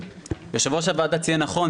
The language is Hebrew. יושב-ראש הוועדה ציין נכון,